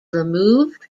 removed